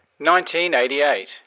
1988